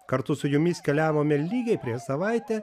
kartu su jumis keliavome lygiai prieš savaitę